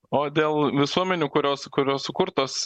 o dėl visuomenių kurios kurios sukurtos